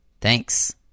Thanks